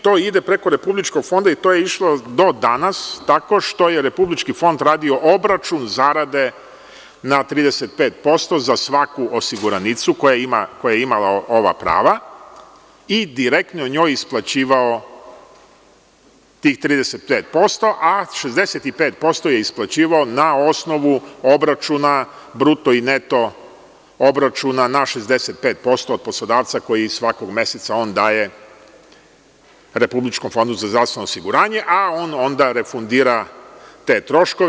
To ide preko Republičkog fonda i to je išlo do danas tako što je Republički fond radio obračun zarade na 35% za svaku osiguranicu koja je imala ova prava i direktno njoj isplaćivao tih 35%, a 65% je isplaćivao na osnovu obračuna, bruto i neto obračuna, na 65% od poslodavca koji svakog meseca daje Republičkom fondu za zdravstveno osiguranje, a on onda refundira te troškove.